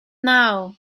now